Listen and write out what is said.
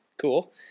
Cool